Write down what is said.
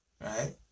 Right